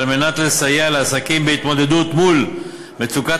על מנת לסייע לעסקים בהתמודדות מול מצוקת